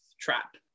trap